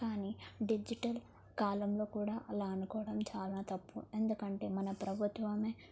కానీ డిజిటల్ కాలంలో కూడా అలా అనుకోవడం చాలా తప్పు ఎందుకంటే మన ప్రభుత్వమే